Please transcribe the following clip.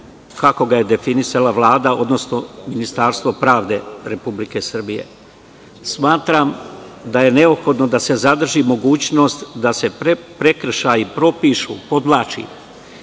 kako ga je definisala Vlada, odnosno Ministarstvo pravde Republike Srbije. Smatram da je neophodno da se zadrži mogućnost da se prekršaji propišu, podvlačim,